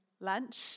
lunch